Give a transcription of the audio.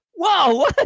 Whoa